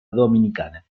dominicana